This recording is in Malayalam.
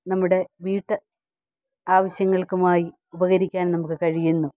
നമ്മുടെ വീട്ട് ആവശ്യങ്ങൾക്കുമായി ഉപകരിക്കാൻ നമുക്ക് കഴിയുന്നു